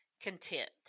content